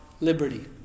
liberty